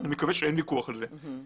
אני מקווה שאין ויכוח על זה.